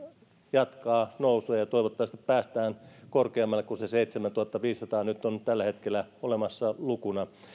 jatkaa nousua ja toivottavasti päästään korkeammalle kuin se seitsemäntuhattaviisisataa joka nyt on tällä hetkellä olemassa lukuna